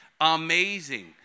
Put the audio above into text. Amazing